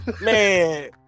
Man